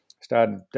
started